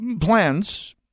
plans